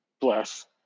bless